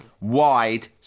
wide